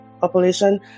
population